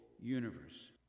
universe